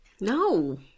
No